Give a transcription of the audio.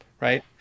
Right